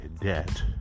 debt